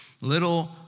little